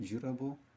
durable